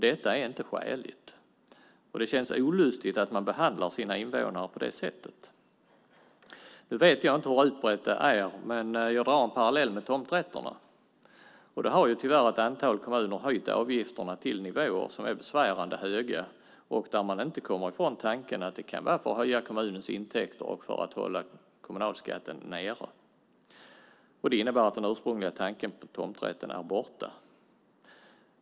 Detta är inte skäligt, och det känns olustigt att man behandlar sina invånare på det sättet. Nu vet jag inte hur utbrett det är, men jag kan dra en parallell till tomträtterna. Tyvärr har ju ett antal kommuner höjt avgifterna till nivåer som är besvärande höga. Man kommer inte ifrån tanken att det kan vara för att höja kommunens intäkter och ändå hålla kommunalskatten nere. Det innebär att den ursprungliga tanken med tomträtten är borta.